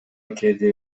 кээде